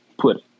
put